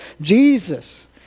Jesus